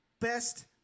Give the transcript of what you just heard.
best